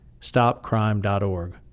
stopcrime.org